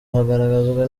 hagaragazwa